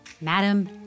Madam